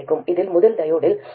இதில் முதல் டையோடில் மின்னோட்டம் 0